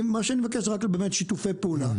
מה שאני מבקש זה שיתוף פעולה.